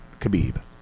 Khabib